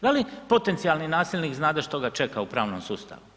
Da li potencijalni nasilni znade što ga čeka u pravnom sustavu?